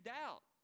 doubt